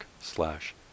slash